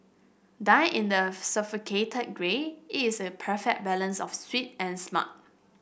done in the grey it is a perfect balance of sweet and smart